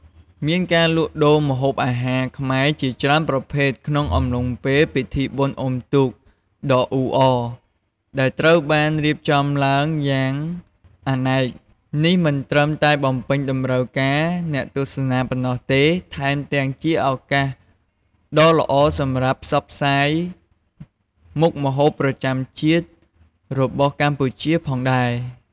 មានការលក់ដូរម្ហូបអាហារខ្មែរជាច្រើនប្រភេទ ក្នុងអំឡុងពេលពិធីបុណ្យអុំទូកដ៏អ៊ូអរ ដែលត្រូវបានរៀបចំឡើងយ៉ាងអនេក នេះមិនត្រឹមតែបំពេញតម្រូវការអ្នកទស្សនាប៉ុណ្ណោះទេ ថែមទាំងជាឱកាសដ៏ល្អសម្រាប់ផ្សព្វផ្សាយមុខម្ហូបប្រចាំជាតិរបស់កម្ពុជាផងដែរ។